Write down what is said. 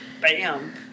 Bam